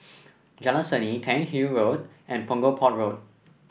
Jalan Seni Cairnhill Road and Punggol Port Road